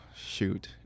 shoot